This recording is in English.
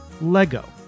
Lego